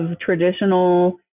traditional